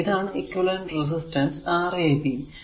അപ്പോൾ അതാണ് equivalent resistance Rab